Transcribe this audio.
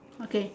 okay